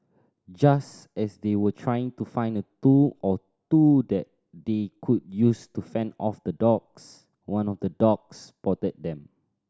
just as they were trying to find a tool or two that they could use to fend off the dogs one of the dogs spotted them